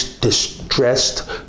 distressed